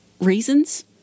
reasons